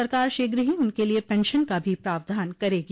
सरकार शीघ्र ही उनके लिए पेंशन का भी प्रावधान करेगी